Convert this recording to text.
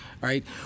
right